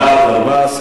בעד 14,